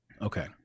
okay